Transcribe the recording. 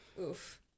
Oof